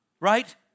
right